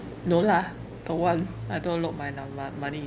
no lah don't want I don't lock my low~ mo~ money